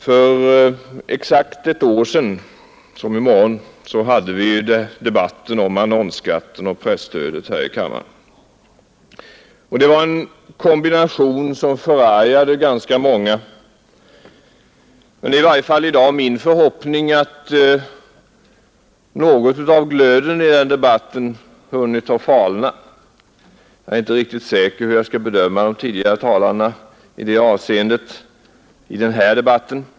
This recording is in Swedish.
För nästan exakt ett år sedan hade vi debatten om annonsskatten och presstödet här i kammaren. Det var en kombination som förargade ganska många, men det är i varje fall min förhoppning att något av glöden i den debatten har hunnit falna. Jag är inte riktigt säker på hur jag i det avseendet skall bedöma de tidigare talarna i denna debatt.